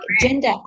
gender